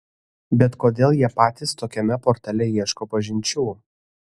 bet kodėl jie patys tokiame portale ieško pažinčių